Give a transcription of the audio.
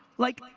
like,